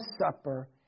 supper